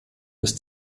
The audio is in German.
ist